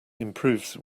improves